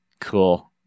Cool